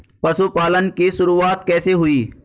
पशुपालन की शुरुआत कैसे हुई?